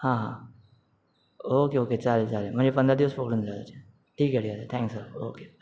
हां हां okay okay चालेल चालेल म्हणजे पंधरा दिवस पकडून चालायचे ठिक आहे ठिक आहे थँक्यू सर ओके